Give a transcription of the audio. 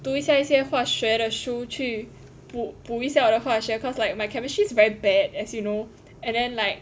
读一下一些化学的书去补补一下我的化学 cause like my chemistry is very bad as you know and then like